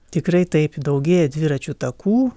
tikrai taip daugėja dviračių takų